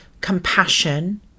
compassion